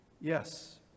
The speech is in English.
yes